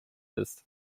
ist